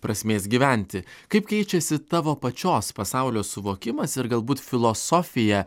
prasmės gyventi kaip keičiasi tavo pačios pasaulio suvokimas ir galbūt filosofija